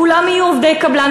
כולם יהיו עובדי קבלן.